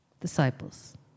disciples